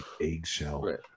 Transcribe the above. eggshell